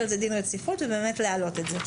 על זה דין רציפות ובאמת להעלות את זה.